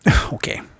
Okay